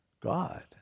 God